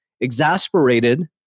exasperated